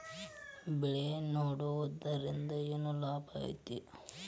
ಬೆಳೆ ನೆಡುದ್ರಿಂದ ಏನ್ ಲಾಭ ಐತಿ?